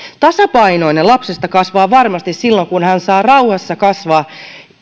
tasapainoinen lapsesta kasvaa varmasti silloin kun hän saa rauhassa kasvaa